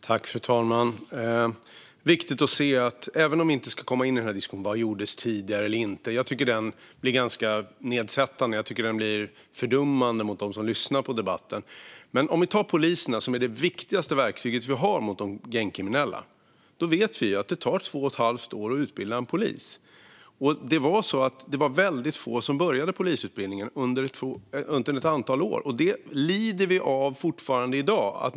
Fru talman! Vi ska inte komma in i diskussionen om vad som gjordes tidigare eller inte - jag tycker att den blir ganska fördummande och är nedsättande mot dem som lyssnar på debatten. Men när vi talar om poliser, som vi vet är det viktigaste verktyg vi har mot de gängkriminella, vet vi att det tar två och ett halvt år att utbilda en polis. Under ett antal år var det väldigt få som började på polisutbildningen, och det lider vi av än i dag.